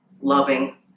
loving